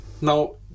now